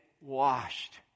washed